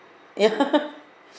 ya